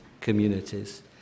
communities